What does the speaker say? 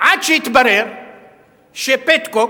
עד שהתברר ש"פטקוק"